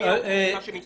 מה טוב לילדים שלהם.